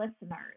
listeners